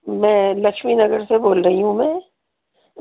میں لکشمی نگر سے بول رہی ہوں میں